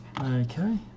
Okay